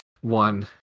one